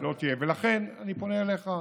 ולכן אני פונה אליך,